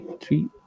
three